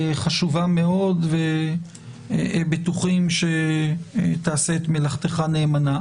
חשובה מאוד, ובטוחים שתעשה את מלאכתך נאמנה.